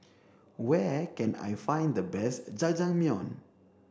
where can I find the best Jajangmyeon